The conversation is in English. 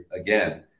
again